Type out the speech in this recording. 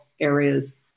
areas